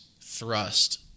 thrust